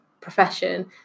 profession